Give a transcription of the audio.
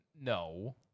No